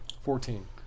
Fourteen